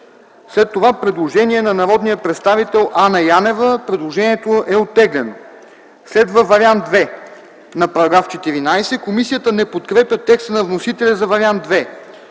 I. Има предложение на народния представител Анна Янева. Предложението е оттеглено. Следва Вариант II на § 14. Комисията не подкрепя текста на вносителя за Вариант II.